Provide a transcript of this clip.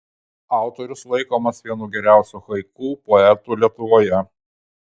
autorius laikomas vienu geriausiu haiku poetų lietuvoje